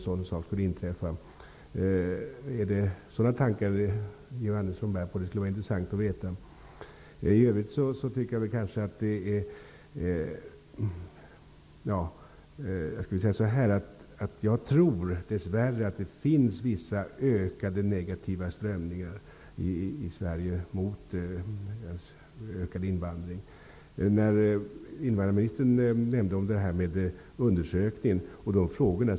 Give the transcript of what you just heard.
Är det sådana tankar Georg Andersson bär på? Det skulle vara intressant att veta. Jag tror dess värre att det finns vissa ökade negativa strömningar i Sverige mot ökad invandring. Invandrarministern nämnde den här undersökningen och frågorna där.